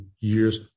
years